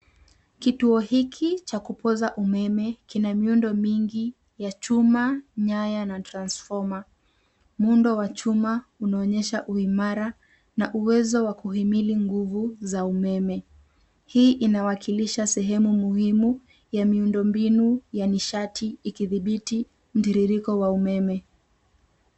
Kituo hiki cha kupoza umeme kina miundo mingi ya chuma, nyaya na {cs}transfomer.{cs}Muundo wa chuma unaonyesha uimara na uwezo wa kuhimili nguvu za umeme. Hii inawakilisha sehemu muhimu ya miundo mbinu ya nishati ikidhibiti mtiririko wa umeme.